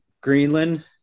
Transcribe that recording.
Greenland